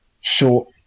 short